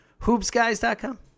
hoopsguys.com